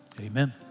Amen